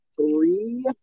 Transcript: Three